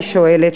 אני שואלת,